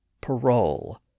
parole